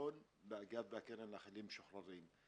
והצפון בקרן לחיילים משוחררים.